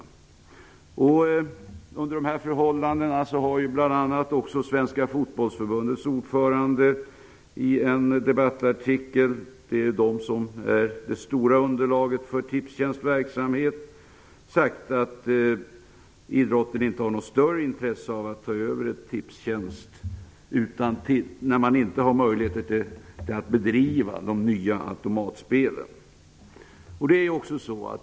Under de här förhållandena har bl.a. Svenska fotbollsförbundets ordförande i en debattartikel -- det är de som är det stora underlaget för Tipstjänsts verksamhet -- sagt att idrotten inte har något större intresse av att ta över Tipstjänst när man inte har möjligheter att bedriva de nya automatspelen.